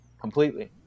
completely